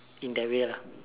in that way lah